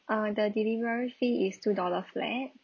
uh the delivery fee is two dollar flat